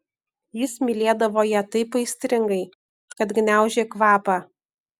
jis mylėdavo ją taip aistringai kad gniaužė kvapą